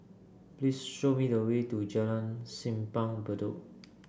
please show me the way to Jalan Simpang Bedok